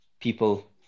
people